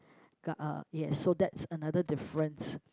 uh yes so that's another difference